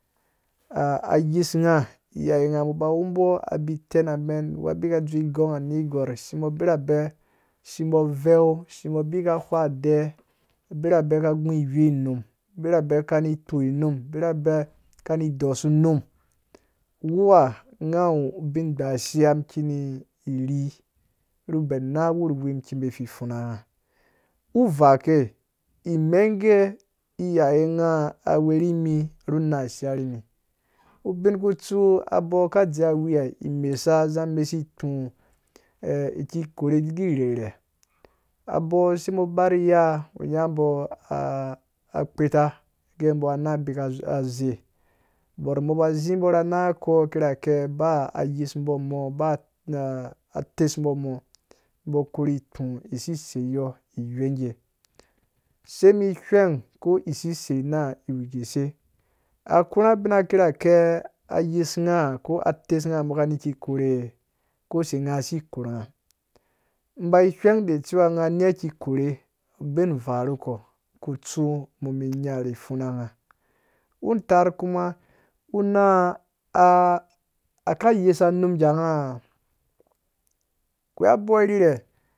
Ah-ayis nga naga mbɔ ba wumbɔ abi itɛn amɛn wu abi ka dzowe igong anerhgwarh shimbo abirabɛ, shimbɔ veu shimbo abi ka uwa aɛ birabɛ ka gũ iwei num birabe ka ni kpoi num birabe kani dɔsu num wua ngã wu, wu nghashia mkini iri ru bɛn na wurhiwi mkibe fipfunã ngã uvaa kei, imengge iyaye ngã aweri mi ru nãã shia ri mi, ubin kitsu aboka dze awiya imesa aza mesu ikpũ iki korhe igi rherhe abo sei mbɔ ba ri ya ngɔ nyã mbɔ ah ah-kpeta gɛ mbɔ anã abika azu-aze bor mbo ba zi mbɔ ra nanga ko akira kɛ ba ayis mbo mɔ ba t-ah-ates mbɔ mɔ mbɔ korhi kpu isises yɔ iwengge, semi hweng ko isises na iwu gese akoru nga abina kirake ayis nga ko ates nga kani ki korhe kose nga si korhunga. mbai hweng decewa nga nia ikikorhe ubin vaa nukɔ kutsu mum mi nya ni pfuna nga untarr kuma una ah-akayesa num nyanga akwei abɔ irirha